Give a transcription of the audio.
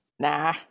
Nah